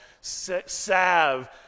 salve